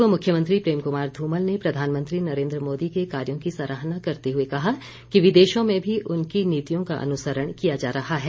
पूर्व मुख्यमंत्री प्रेम कुमार धूमल ने प्रधानमंत्री नरेन्द्र मोदी के कार्यों की सराहना करते हुए कहा कि विदेशों में भी उनकी नीतियों का अनुसरण किया जा रहा है